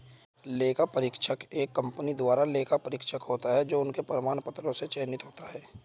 लेखा परीक्षक एक कंपनी द्वारा लेखा परीक्षक होता है जो उसके प्रमाण पत्रों से चयनित होता है